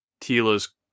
tila's